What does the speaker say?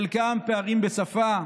חלקם פערים בשפה,